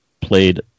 played